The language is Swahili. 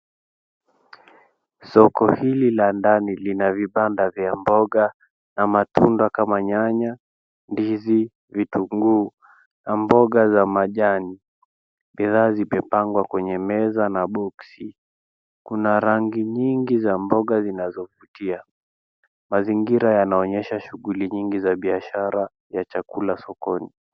Soko hili la ndani lina vibanda vya mboga na matunda kama nyanya, ndizi, vitunguu na mboga za majani, bidhaa zimepangwa kwenye meza na boxi. Kuna rangi nyingi za mboga zinazo vutia. Mazingira yanaonyesha shuguli nyingi za biashara ya chakula sokoni.